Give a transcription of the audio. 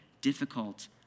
difficult